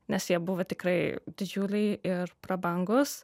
nes jie buvo tikrai didžiuliai ir prabangūs